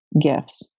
gifts